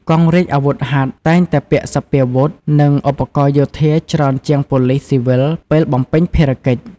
កងរាជអាវុធហត្ថតែងតែពាក់សព្វាវុធ និងឧបករណ៍យោធាច្រើនជាងប៉ូលិសស៊ីវិលពេលបំពេញភារកិច្ច។